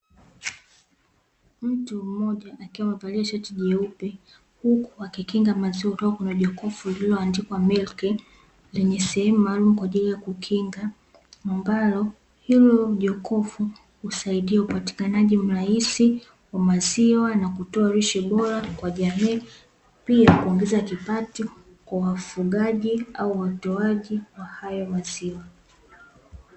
Mtu mmoja akiwa amevalia shati jeupe huku akikinga maziwa kutoka kwenye jokofu lililoandikwa "milk" lenye sehemu maalumu kwa ajili ya kukinga; ambalo hilo jokofu husaidia upatikanaji rahisi wa maziwa na kutoa lishe bora kwa jamii, pia kuongeza kipato kwa wafugaji au watoaji wa hayo maziwa.